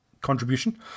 contribution